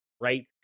Right